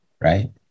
right